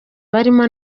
barimo